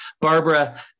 Barbara